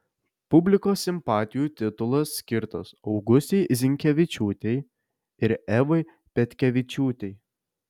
publikos simpatijų titulas skirtas augustei zinkevičiūtei ir evai petkevičiūtei